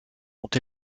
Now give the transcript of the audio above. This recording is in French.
sont